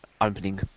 opening